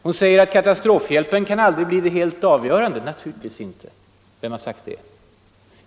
Hon säger att katastrofhjälpen aldrig kan bli det helt avgörande. Naturligtvis inte. Vem har sagt det?